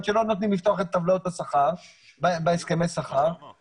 שלא נותנים לפתוח את טבלאות השכר בהסכמי השכר.